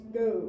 go